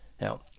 Now